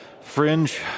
Fringe